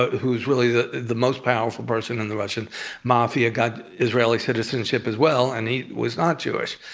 but who's really the the most powerful person in the russian mafia, got israeli citizenship as well, and he was not jewish.